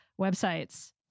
websites